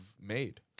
made